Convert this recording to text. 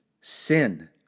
Sin